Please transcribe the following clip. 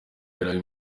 yari